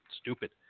stupid